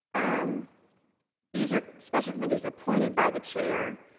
um these are special committees appointed by the chair